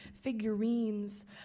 figurines